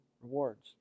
rewards